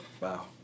wow